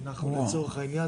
אנחנו לצורך העניין,